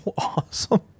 awesome